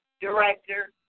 director